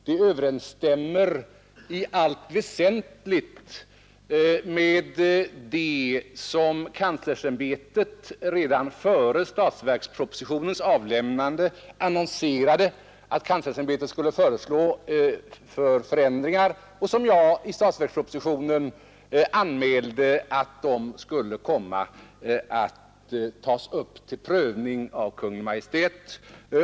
Det överensstämmer i allt väsentligt med de ändringar som kanslersämbetet redan före statsverkspropositionens avlämnande annonserade att ämbetet skulle föreslå, och som jag i statsverkspropositionen anmälde skulle komma att tas upp till prövning av Kungl. Maj:t.